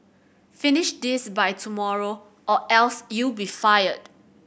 finish this by tomorrow or else you'll be fired